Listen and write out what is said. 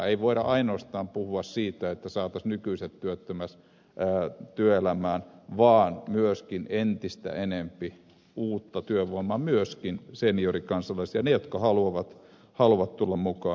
ei voida ainoastaan puhua siitä että saataisiin nykyiset työttömät työelämään vaan on saatava myöskin entistä enempi uutta työvoimaa myöskin seniorikansalaisia niitä jotka haluavat tulla mukaan